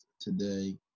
today